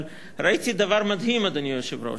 אבל ראיתי דבר מדהים, אדוני היושב-ראש: